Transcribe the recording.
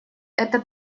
это